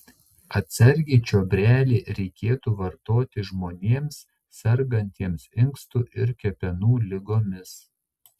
atsargiai čiobrelį reikėtų vartoti žmonėms sergantiems inkstų ir kepenų ligomis